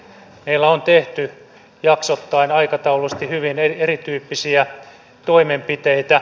meillä on tehty jaksoittain aikataulullisesti hyvin erityyppisiä toimenpiteitä